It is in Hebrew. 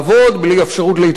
בלי אפשרות להתפרנס,